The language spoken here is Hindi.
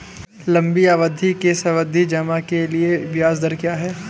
लंबी अवधि के सावधि जमा के लिए ब्याज दर क्या है?